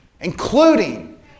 including